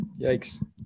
yikes